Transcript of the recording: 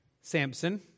Samson